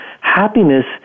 happiness